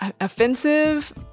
Offensive